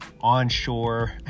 onshore